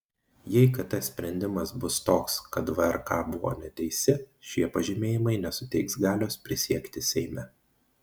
jei kt sprendimas bus toks kad vrk buvo neteisi šie pažymėjimai nesuteiks galios prisiekti seime